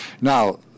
Now